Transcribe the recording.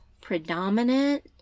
predominant